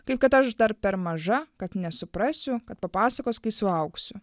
kaip kad aš dar per maža kad nesuprasiu kad papasakos kai suaugsiu